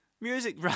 music